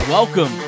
Welcome